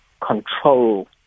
control